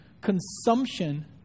consumption